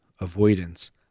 avoidance